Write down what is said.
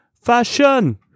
fashion